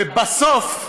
ובסוף,